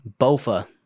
Bofa